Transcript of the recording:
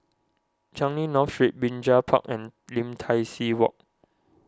Changi North Street Binjai Park and Lim Tai See Walk